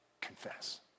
Confess